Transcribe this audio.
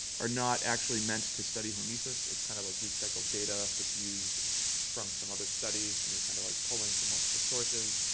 are not actually meant to study hormesis. it's kind of like recycled data that's used from some other study. and they're kind of like pulling from multiple sources,